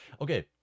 Okay